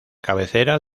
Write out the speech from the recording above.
cabecera